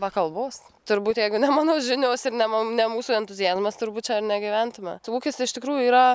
be kalbos turbūt jeigu ne mano žinios ir ne mūsų entuziazmas turbūt čia ir negyventume ūkis iš tikrųjų yra